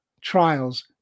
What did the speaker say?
trials